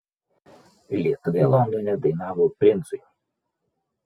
lietuvė londone dainavo princui